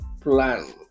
plan